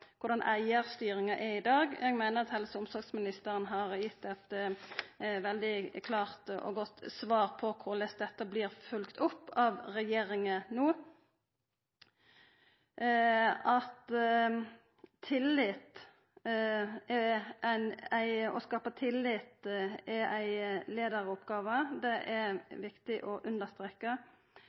korleis eigarstyringa er i dag. Eg meiner at helse- og omsorgsministeren har gitt eit veldig klart og godt svar på korleis dette blir følgt opp av regjeringa no: At det å skapa tillit er ei leiaroppgåve er viktig å understreka,